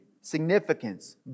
significance